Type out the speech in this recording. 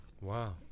Wow